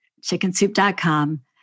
chickensoup.com